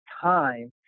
time